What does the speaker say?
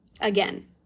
Again